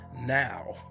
Now